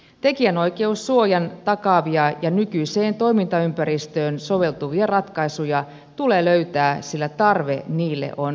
tekijänoikeussuojan takaavia ja nykyiseen toimintaympäristöön soveltuvia ratkaisuja tulee löytää sillä tarve niille on ilmeinen